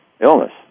illness